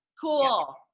Cool